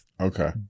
Okay